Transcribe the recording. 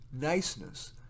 niceness